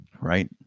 right